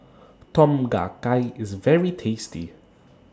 Tom Kha Gai IS very tasty